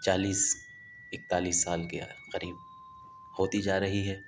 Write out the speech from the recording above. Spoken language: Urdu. چالیس اکتالیس سال کے قریب ہوتی جا رہی ہے